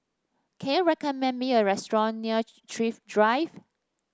can you recommend me a restaurant near Thrift Drive